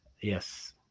yes